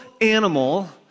animal